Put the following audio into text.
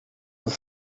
een